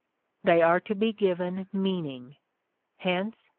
they are to be given meaning hence,